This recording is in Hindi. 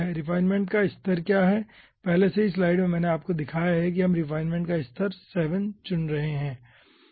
रीफाइनमेन्ट का स्तर क्या है पहले से ही स्लाइड में मैंने आपको दिखाया है कि हम रीफाइनमेन्ट का स्तर 7 चुन रहे हैं